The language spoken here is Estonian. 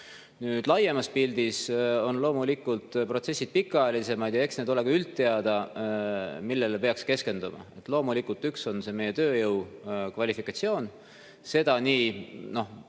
Laiemas pildis on loomulikult protsessid pikaajalisemad ja eks need ole ka üldteada, millele peaks keskenduma. Loomulikult üks [teema] on meie tööjõu kvalifikatsioon, seda just